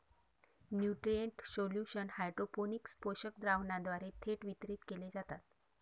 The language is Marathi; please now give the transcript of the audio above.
न्यूट्रिएंट सोल्युशन हायड्रोपोनिक्स पोषक द्रावणाद्वारे थेट वितरित केले जातात